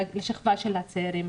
לשכבה של הצעירים.